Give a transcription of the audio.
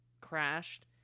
crashed